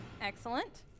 Excellent